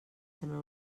sembla